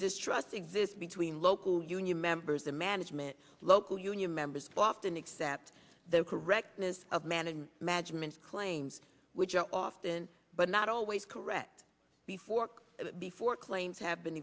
distrust exists between local union members the management local union members often except the correctness of man and maj men's claims which are often but not always correct before before claims have been